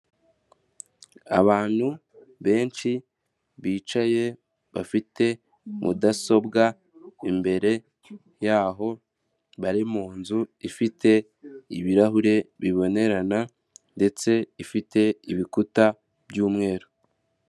Abantu benshi bicaye bafite mudasobwa imbere yaho bari munzu ifite ibirahure bibonerana ndetse ifite ibikuta by'umweru.